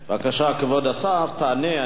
בבקשה, כבוד השר, תענה.